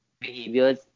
behaviors